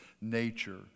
nature